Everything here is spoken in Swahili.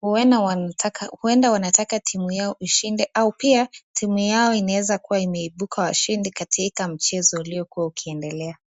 Huenda wanataka, huenda wanataka timu yao ishinde au pia, timu yao inaeza kuwa imeibuka washindi katika mchezo uliokuwa ukiendelea.